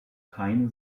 keine